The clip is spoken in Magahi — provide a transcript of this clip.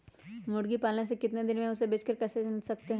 मुर्गी पालने से कितने दिन में हमें उसे बेचकर पैसे मिल सकते हैं?